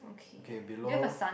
okay below